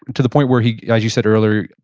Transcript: to the point where he, as you said earlier,